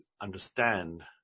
understand